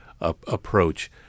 approach